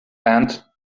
and